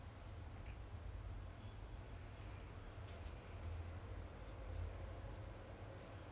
orh ya lor ya lor I 我跟她讲 lah anyway she she only applied that then she just updated her C_V and all so